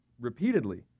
repeatedly